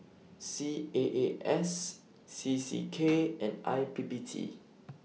C A A S C C K and I P P T